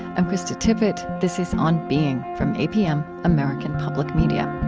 i'm krista tippett. this is on being from apm, american public media